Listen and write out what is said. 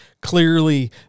clearly